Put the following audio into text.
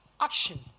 action